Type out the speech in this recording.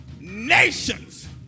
Nations